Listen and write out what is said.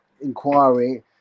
inquiry